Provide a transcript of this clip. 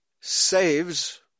saves